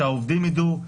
שהעובדים ידעו,